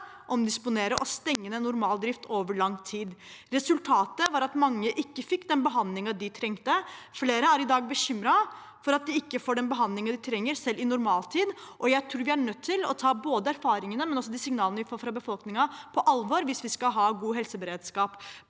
omdisponere og stenge ned normal drift over lang tid. Resultatet var at mange ikke fikk den behandlingen de trengte. Flere er i dag bekymret for at de ikke får den behandlingen de trenger, selv i normaltid. Jeg tror vi er nødt til å ta både erfaringene og de signalene vi får fra befolkningen, på alvor hvis vi skal ha god helseberedskap